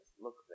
look